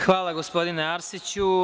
Hvala, gospodine Arsiću.